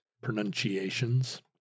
pronunciations